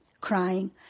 crying